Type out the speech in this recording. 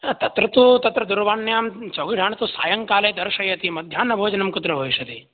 हा तत्र तु तत्र दूरवाण्यां चौहाण तु सायङ्काले दर्शयति मध्याह्नभोजनं कुत्र भविष्यति